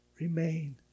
Remain